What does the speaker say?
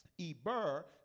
Eber